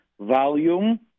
volume